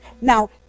Now